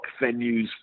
venues